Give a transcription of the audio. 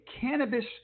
cannabis –